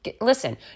Listen